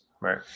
Right